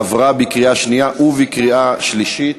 עברה בקריאה שנייה ובקריאה שלישית.